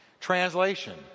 Translation